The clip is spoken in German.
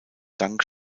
dank